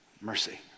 mercy